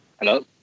Hello